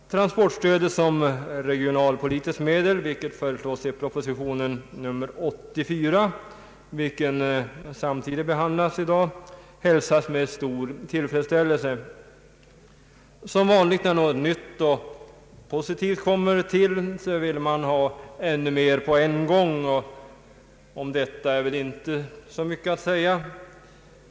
Transportstödet som regionalpolitiskt medel, vilket föreslås i propositionen 84, som behandlas samtidigt i dag, hälsas med stor tillfredsställelse. Som vanligt när något nytt och positivt kommer vill man ha ännu mer på en gång, och om detta är väl inte så mycket att säga.